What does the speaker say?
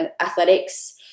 athletics